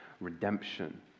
redemption